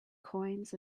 coins